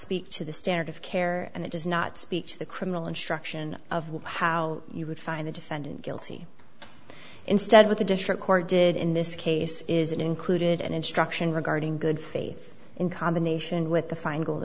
speak to the standard of care and it does not speak to the criminal instruction of how you would find the defendant guilty instead what the district court did in this case is it included an instruction regarding good faith in combination with the fin